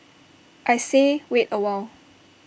I say wait A while